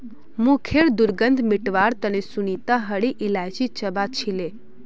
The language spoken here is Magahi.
मुँहखैर दुर्गंध मिटवार तने सुनीता हरी इलायची चबा छीले